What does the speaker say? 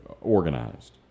organized